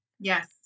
Yes